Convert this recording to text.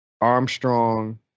Armstrong